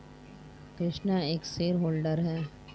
कृष्णा एक shareholder है